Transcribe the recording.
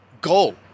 go